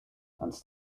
ans